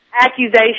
Accusation